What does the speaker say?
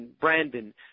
Brandon